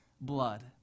blood